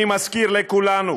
אני מזכיר לכולנו